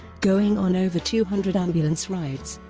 going on over two hundred ambulance rides.